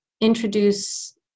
introduce